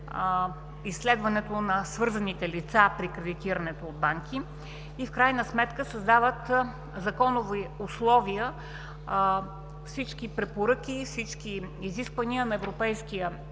изследването на свързаните лица при кредитирането от банки. В крайна сметка създават законови условия всички препоръки, всички изисквания на Европейския